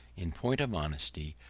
in point of honesty,